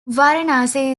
varanasi